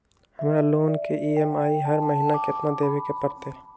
हमरा लोन के ई.एम.आई हर महिना केतना देबे के परतई?